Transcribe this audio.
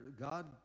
God